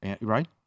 Right